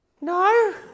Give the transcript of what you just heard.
No